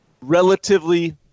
relatively